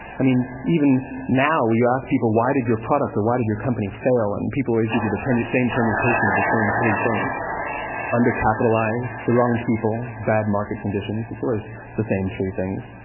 i mean even now, you ask people, why did your product or why did your company fail? and people always give you the but same permutation of the same three things under-capitalized, the wrong people bad market conditions. it's always the same three things,